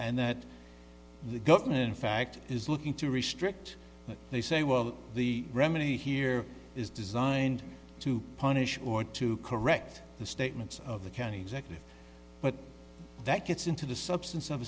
and that the government in fact is looking to restrict what they say well the remedy here is designed to punish or to correct the statements of the county executive but that gets into the substance of